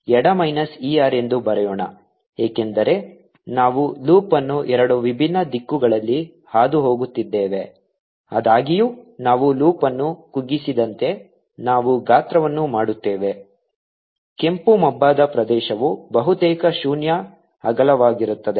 ಎಡ minus e r ಎಂದು ಬರೆಯೋಣ ಏಕೆಂದರೆ ನಾವು ಲೂಪ್ ಅನ್ನು ಎರಡು ವಿಭಿನ್ನ ದಿಕ್ಕುಗಳಲ್ಲಿ ಹಾದುಹೋಗುತ್ತಿದ್ದೇವೆ ಆದಾಗ್ಯೂ ನಾವು ಲೂಪ್ ಅನ್ನು ಕುಗ್ಗಿಸಿದಂತೆ ನಾವು ಗಾತ್ರವನ್ನು ಮಾಡುತ್ತೇವೆ ಕೆಂಪು ಮಬ್ಬಾದ ಪ್ರದೇಶವು ಬಹುತೇಕ ಶೂನ್ಯ ಅಗಲವಾಗಿರುತ್ತದೆ